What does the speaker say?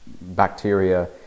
bacteria